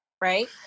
right